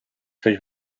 coś